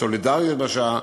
סולידריות בשואה,